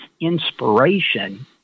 inspiration